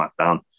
smackdown